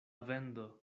vendo